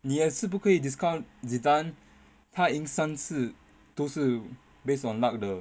你也是不可以 discount zidane 他赢三次都是 based on luck 的